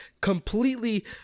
completely